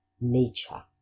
nature